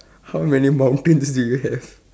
how many mountains do you have